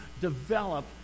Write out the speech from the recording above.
develop